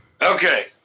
Okay